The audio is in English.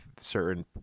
certain